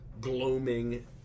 gloaming